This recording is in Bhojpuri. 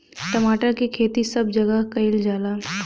टमाटर के खेती सब जगह कइल जाला